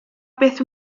beth